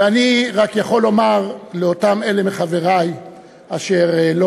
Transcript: ואני רק יכול לומר לאותם אלה מחברי אשר לא